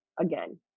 again